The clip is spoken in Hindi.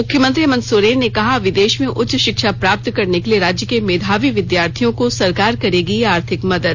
मुख्यमंत्री हेमंत सोरेन ने कहा विदेश में उच्च शिक्षा प्राप्त करने के लिए राज्य के मेधावी विद्यार्थियों को सरकार करेगी आर्थिक मदद